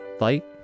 light